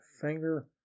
finger